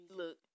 look